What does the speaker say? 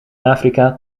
afrika